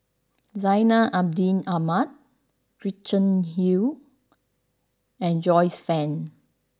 Zainal Abidin Ahmad Gretchen Liu and Joyce Fan